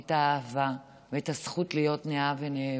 האהבה והזכות להיות נאהב ונאהבת.